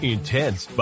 Intense